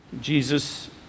Jesus